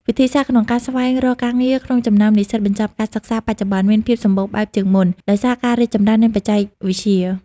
វិធីសាស្ត្រក្នុងការរស្វែងរកការងារក្នុងចំណោមនិស្សិតបញ្ចប់ការសិក្សាបច្ចុប្បន្ន មានភាពសម្បូរបែបជាងមុន ដោយសារការរីកចម្រើននៃបច្ចេកវិទ្យា។